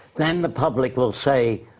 then the public will say.